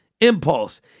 impulse